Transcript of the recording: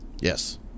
Yes